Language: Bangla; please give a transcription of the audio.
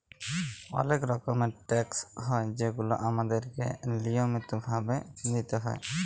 অলেক রকমের ট্যাকস হ্যয় যেগুলা আমাদেরকে লিয়মিত ভাবে দিতেই হ্যয়